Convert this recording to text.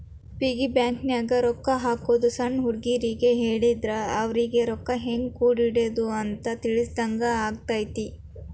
piggy ಬ್ಯಾಂಕನ್ಯಾಗ ರೊಕ್ಕಾ ಹಾಕೋದು ಸಣ್ಣ ಹುಡುಗರಿಗ್ ಹೇಳಿದ್ರ ಅವರಿಗಿ ರೊಕ್ಕಾ ಹೆಂಗ ಕೂಡಿಡೋದ್ ಅಂತ ತಿಳಿಸಿದಂಗ ಆಗತೈತಿ